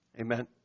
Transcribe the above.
Amen